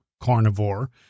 carnivore